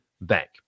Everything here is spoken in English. Bank